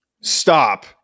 Stop